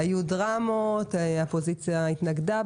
היו דרמות, בהתחלה האופוזיציה התנגדה,